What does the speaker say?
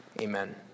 Amen